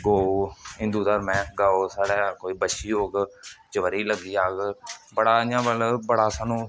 गौ हिन्दु धर्म ऐ गौ साढ़े कोई बच्छी होग चबरीऽ लग्गी जाह्ग बड़ा इ'यां मतलब बड़ा सानूं